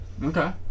Okay